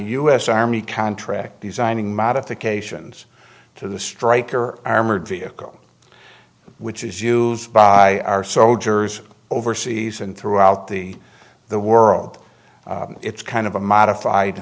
us army contract designing modifications to the stryker armored vehicle which is used by our soldiers overseas and throughout the the world it's kind of a modified